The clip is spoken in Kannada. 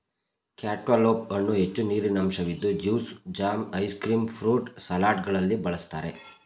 ಕ್ಯಾಂಟ್ಟಲೌಪ್ ಹಣ್ಣು ಹೆಚ್ಚು ನೀರಿನಂಶವಿದ್ದು juice, jam, ice cream, fruit ಸಲಾಡ್ಗಳಲ್ಲಿ ಬಳ್ಸತ್ತರೆ